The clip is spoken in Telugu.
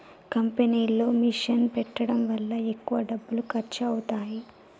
కంపెనీలో మిషన్ పెట్టడం వల్ల ఎక్కువ డబ్బులు ఖర్చు అవుతాయి